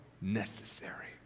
necessary